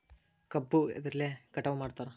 ಕಬ್ಬು ಎದ್ರಲೆ ಕಟಾವು ಮಾಡ್ತಾರ್?